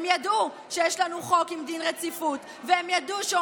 הם ידעו שיש לנו חוק עם דין רציפות